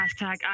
hashtag